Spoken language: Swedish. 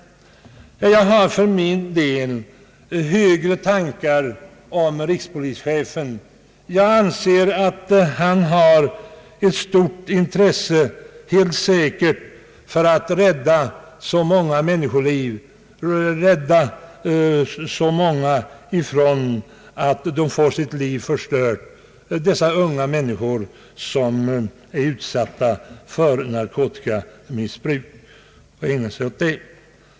Jag har för min del högre tankar om rikspolischefen. Jag anser att han har ett stort intresse för att rädda så många människoliv som möjligt, rädda så många som möjligt från att få sitt liv förstört, unga människor som är utsatta för narkotikamissbruk och ägnar sig åt det.